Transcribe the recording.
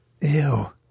ew